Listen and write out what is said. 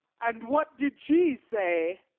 and what did she say?